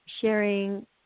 sharing